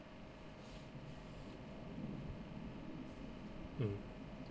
mm